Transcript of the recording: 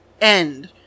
end